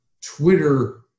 Twitter